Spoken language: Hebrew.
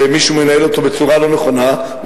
ומישהו מנהל אותו בצורה לא נכונה,